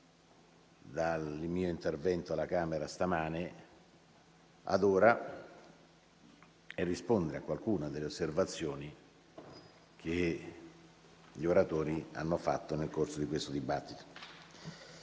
dal mio intervento alla Camera stamattina ad ora e rispondere a qualcuna delle osservazioni che gli oratori hanno fatto nel corso di questo dibattito.